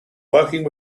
working